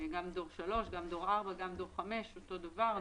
גם דור 3, גם דור 4, גם דור 5, אותו דבר.